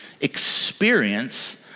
experience